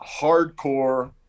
hardcore